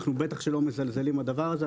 אנחנו בטח שלא מזלזלים בדבר הזה,